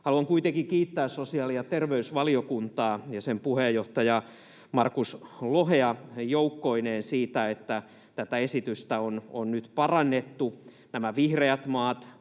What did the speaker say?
Haluan kuitenkin kiittää sosiaali- ja terveysvaliokuntaa ja sen puheenjohtajaa Markus Lohta joukkoineen siitä, että tätä esitystä on nyt parannettu. Nämä vihreät maat,